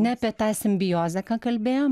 ne apie tą simbiozę ką kalbėjom